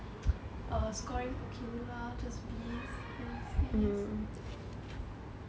err scoring okay lah just Bs and Cs